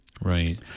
Right